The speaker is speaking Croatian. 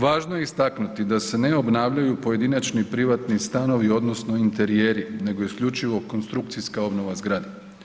Važno je istaknuti da se ne obnavljaju pojedinačni privatni stanovi odnosno interijeri nego isključivo konstrukcijska obnova zgrade.